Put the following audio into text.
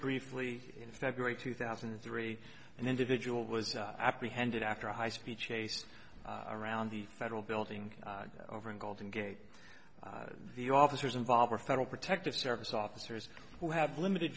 briefly in february two thousand and three and individual was apprehended after a high speed chase around the federal building over in golden gate the officers involved are federal protective service officers who have limited